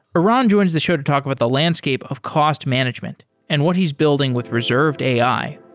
aran joins the show to talk about the landscape of cost management and what he's building with reserved ai